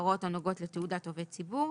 התשל"א-1971 ההוראות הנוגעות לתעודת עובד הציבור,